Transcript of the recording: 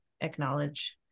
acknowledge